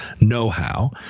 know-how